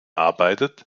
arbeitet